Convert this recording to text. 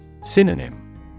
Synonym